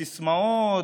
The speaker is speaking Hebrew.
בסיסמאות,